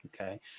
Okay